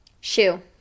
shoe